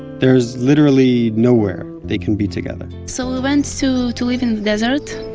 there's literally nowhere they can be together so we went so to live in the desert,